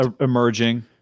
emerging